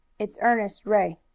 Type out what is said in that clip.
it's ernest ray.